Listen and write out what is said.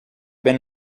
been